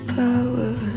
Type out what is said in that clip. power